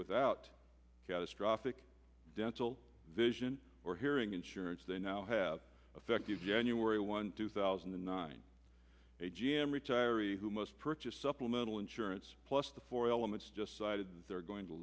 without catastrophic dental vision or hearing insurance they now have effective january one two thousand and nine a g m retiree who must purchase supplemental insurance plus the four elements just cited they're going to